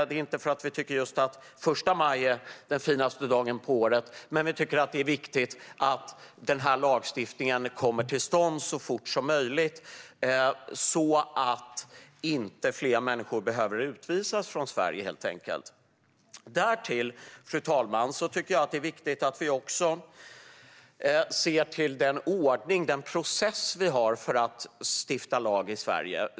Det beror inte på att vi tycker att den 1 maj är den finaste dagen på året, utan vi tycker helt enkelt att det är viktigt att lagstiftningen kommer på plats så fort som möjligt så att inte fler människor behöver utvisas från Sverige. Det är därtill viktigt, fru talman, att vi ser till den ordning och den process vi har för att stifta lag i Sverige.